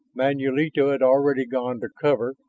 manulito had already gone to cover,